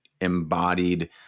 embodied